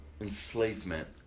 enslavement